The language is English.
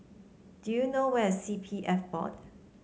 do you know where is C P F Board